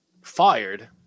fired